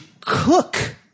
cook